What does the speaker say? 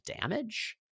damage